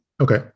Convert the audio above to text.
Okay